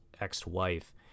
ex-wife